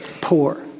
poor